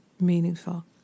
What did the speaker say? meaningful